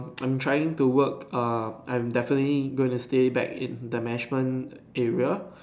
I'm trying to work err I'm definitely going to stay back in the management area